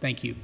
thank you